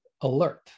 alert